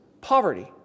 poverty